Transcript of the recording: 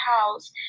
house